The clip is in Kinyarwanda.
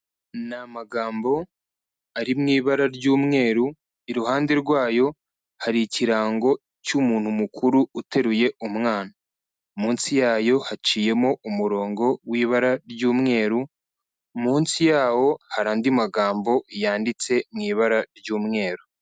Ni amagambo ari mu ibara ry'umweru, iruhande rwayo hari ikirango cy'umuntu mukuru uteruye umwana, munsi yayo haciyemo umurongo w'ibara ry'umweru, munsi yawo hari andi magambo yanditse mu ibara ry'umweru.